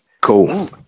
cool